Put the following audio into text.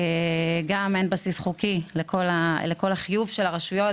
אין גם בסיס חוקי לכל החיוב של הרשויות,